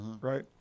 right